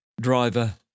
driver